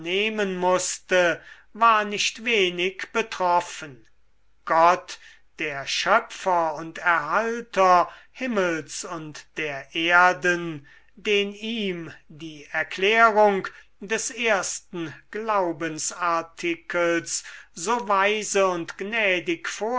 mußte war nicht wenig betroffen gott der schöpfer und erhalter himmels und der erden den ihm die erklärung des ersten glaubensartikels so weise und